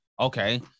Okay